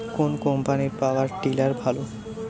কোন কম্পানির power tiller ভালো?